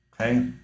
Okay